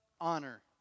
honor